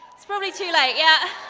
it's probably too late, yeah.